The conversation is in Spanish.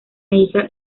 hija